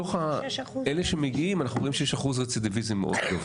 מתוך אלה שמגיעים אנחנו רואים שיש שיעור רצידיביזם גבוה.